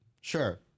sure